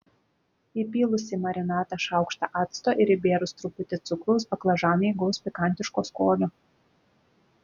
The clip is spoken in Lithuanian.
įpylus į marinatą šaukštą acto ir įbėrus truputį cukraus baklažanai įgaus pikantiško skonio